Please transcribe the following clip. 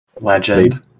Legend